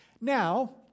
Now